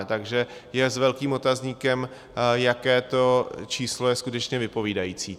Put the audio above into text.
Takže je s velkým otazníkem, jaké to číslo je skutečně vypovídající.